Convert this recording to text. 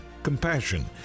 compassion